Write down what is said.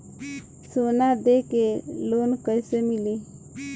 सोना दे के लोन कैसे मिली?